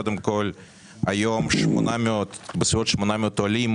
קודם כל, היום כ-800 עולים